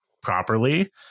properly